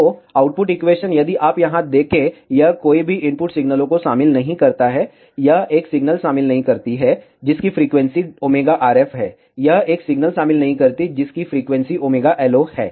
तो output equation यदि आप यहाँ देखें यह कोई भी इनपुट सिग्नलों को शामिल नहीं करता है यह एक सिग्नल शामिल नहीं करती है जिसकी फ्रीक्वेंसी ωRF है यह एक सिग्नल शामिल नहीं करती है जिसकी फ्रीक्वेंसी ωLO है